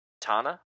Tana